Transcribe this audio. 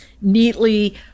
neatly